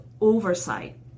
oversight